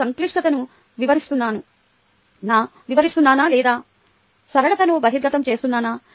నేను సంక్లిష్టతను వివరిస్తున్నానా లేదా సరళతను బహిర్గతం చేస్తున్నానా